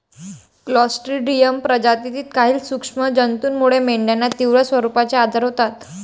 Clostridium प्रजातीतील काही सूक्ष्म जंतूमुळे मेंढ्यांना तीव्र स्वरूपाचे आजार होतात